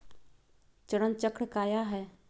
चरण चक्र काया है?